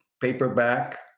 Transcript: paperback